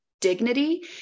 dignity